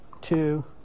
two